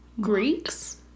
Greeks